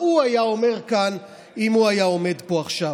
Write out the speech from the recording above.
מה הוא היה אומר כאן אם הוא היה עומד פה עכשיו.